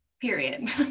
Period